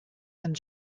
and